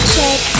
Check